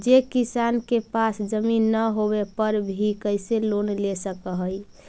जे किसान के पास जमीन न होवे पर भी कैसे लोन ले सक हइ?